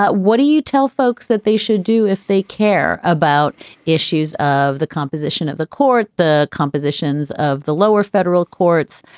but what do you tell folks that they should do if they care about issues of the composition of the court, the compositions of the lower federal courts,